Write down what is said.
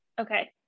Okay